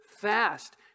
fast